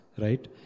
Right